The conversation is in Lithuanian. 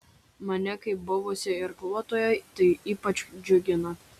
mane kaip buvusį irkluotoją tai ypač džiugina